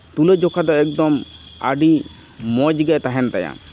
ᱛᱩᱞᱟᱹᱡᱚᱠᱷᱟ ᱫᱚ ᱮᱠᱫᱚᱢ ᱟᱹᱰᱤ ᱢᱚᱡᱽᱜᱮ ᱛᱟᱦᱮᱱ ᱛᱟᱭᱟ